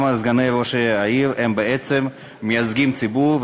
גם סגני ראש העיר בעצם מייצגים ציבור.